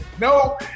No